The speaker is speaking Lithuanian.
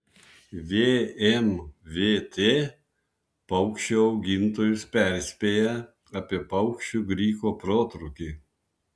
vmvt paukščių augintojus perspėja apie paukščių gripo protrūkį